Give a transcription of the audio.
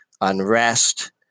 unrest